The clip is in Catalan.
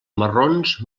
marrons